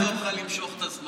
אני לא אעזור לך למשוך את הזמן.